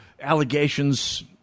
allegations